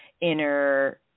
inner